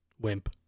Wimp